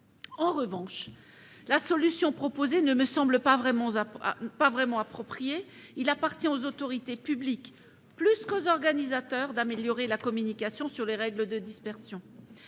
En revanche, la solution proposée ne me semble pas vraiment appropriée : il appartient aux autorités publiques, plus qu'aux organisateurs, d'améliorer la communication sur les règles de dispersion.